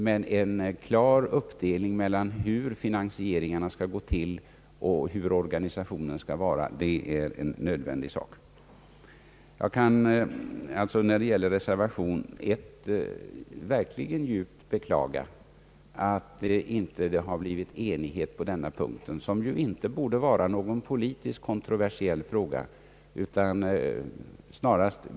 Men klara bestämmelser om hur finansieringen skall gå till och hurudan organisationen skall vara är en nödvändig sak. Jag kan alltså när det gäller reservation 1 verkligen djupt beklaga att det inte blivit enighet på denna punkt, som ju inte borde vara någon politiskt kontroversiell fråga.